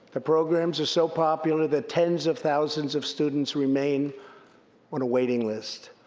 the programs are so popular that tens of thousands of students remain on a waiting list.